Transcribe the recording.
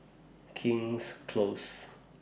King's Close